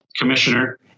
commissioner